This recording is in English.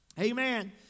Amen